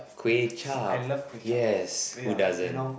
kway-zhap yes who doesn't